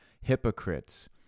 Hypocrites